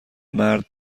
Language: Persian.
مرد